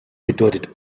bedeutet